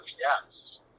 yes